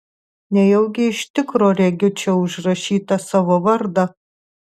nejaugi iš tikro regiu čia užrašytą savo vardą